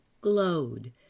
glowed